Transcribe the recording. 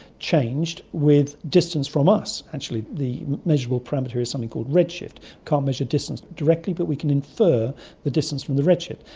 changed with distance from us. actually the measurable parameter is something called red shift. we can't measure distance directly but we can infer the distance from the red shift.